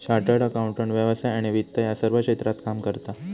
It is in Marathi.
चार्टर्ड अकाउंटंट व्यवसाय आणि वित्त या सर्व क्षेत्रात काम करता